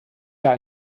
jahr